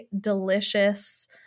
delicious